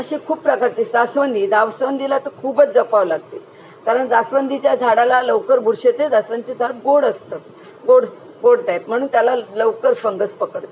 असे खूप प्रकारचे जास्वंदी जावसवंदीला तर खूपच जपावं लागते कारण जास्वंदीच्या झाडाला लवकर बुरशी येते जास्वंदीचे झाड गोड असतं गोड गोड टायत म्हणून त्याला लवकर फंगस पकडतं